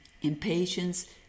Impatience